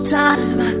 time